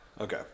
Okay